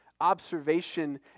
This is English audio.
observation